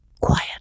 Quiet